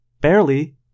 Barely